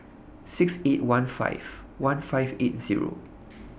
six eight one five one five eight Zero